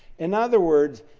in other words,